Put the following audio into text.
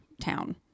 town